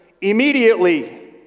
immediately